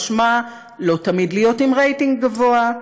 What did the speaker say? משמע לא תמיד להיות עם רייטינג גבוה,